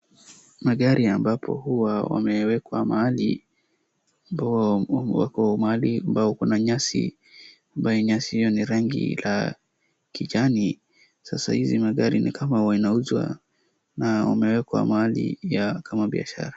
Magari ambapo huwa yamewekwa mahali, ambao wako mahali ambao kuna nyasi, ambaoye nyasi ni rangi la kijani sasa hizi magari ni kama yanauzwa na yamewekwa mahali ya kama biashara.